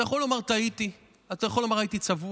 אתה יכול לומר: טעיתי, אתה יכול לומר, הייתי צבוע.